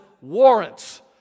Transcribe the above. warrants